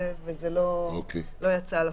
וזה לא יצא לפועל.